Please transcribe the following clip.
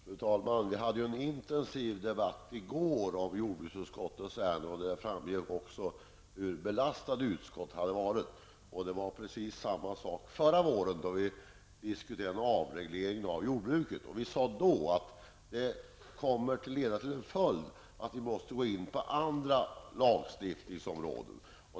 Fru talman! Vi hade i går en intensiv debatt om jordbruksutskottets ärenden, under vilken det framgick hur belastat utskottet hade varit. Det var likadant förra våren, när vi diskuterade en avreglering av jordbruket. Vi sade då att man måste gå in på andra lagstiftningsområden.